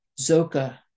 Zoka